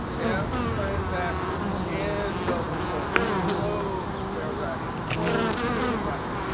f transactions end double quote, close square bracket, close curly bracket.